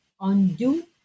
undo